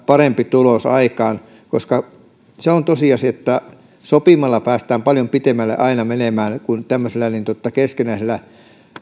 parempi tulos aikaan se on tosiasia että sopimalla pääsee paljon pidemmälle aina menemään kuin tämmöisellä keskinäisellä